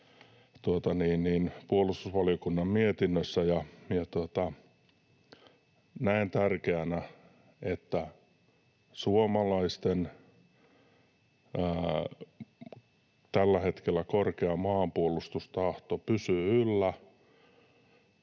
puolustusvaliokunnan mietinnössä. Näen tärkeänä, että suomalaisten tällä hetkellä korkea maanpuolustustahto pysyy yllä